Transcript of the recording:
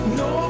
no